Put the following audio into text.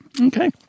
Okay